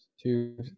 two